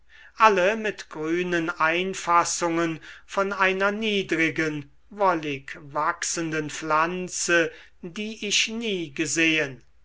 alle mit grünen einfassungen von einer niedrigen wollig wachsenden pflanze die ich nie gesehen